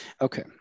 Okay